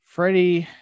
Freddie